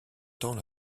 temps